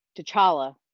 T'Challa